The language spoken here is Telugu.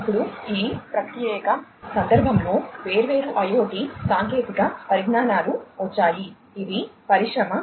ఇప్పుడు ఈ ప్రత్యేక సందర్భంలో వేర్వేరు IoT సాంకేతిక పరిజ్ఞానాలు వచ్చాయి ఇవి పరిశ్రమ 4